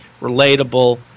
relatable